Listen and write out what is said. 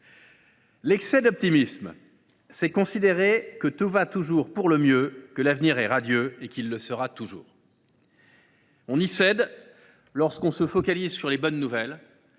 L’excès d’optimisme consiste à considérer que tout va toujours pour le mieux, que l’avenir est radieux et qu’il le sera toujours. On y cède lorsque l’on se focalise sur les bonnes nouvelles